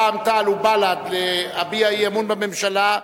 רע"ם-תע"ל ובל"ד להביע אי-אמון בממשלה,